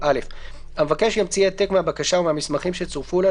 319ה. (א)המבקש ימציא העתק מהבקשה ומהמסמכים שצורפו לה,